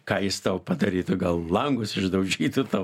ką jis tau padarytų gal langus išdaužytų tau